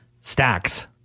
Stacks